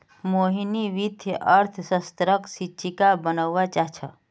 मोहिनी वित्तीय अर्थशास्त्रक शिक्षिका बनव्वा चाह छ